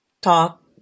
talk